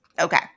Okay